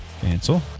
cancel